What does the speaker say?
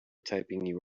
typing